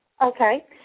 Okay